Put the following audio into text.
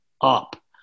up